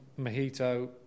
Mojito